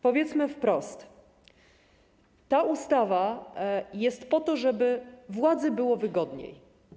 Powiedzmy wprost: ta ustawa jest po to, żeby władzy było wygodniej.